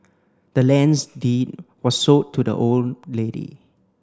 the land's deed was sold to the old lady